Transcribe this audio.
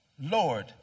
Lord